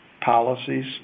policies